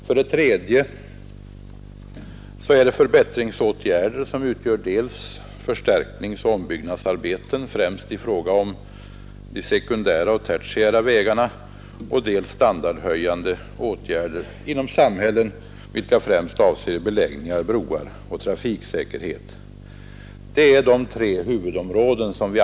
För det tredje är det förbättringsåtgärder, som utgör dels förstärkningsoch ombyggnadsarbeten, främst i fråga om de sekundära och tertiära vägarna, dels standardhöjande åtgärder inom samhällen, främst avseende beläggningar, broar och trafiksäkerhet.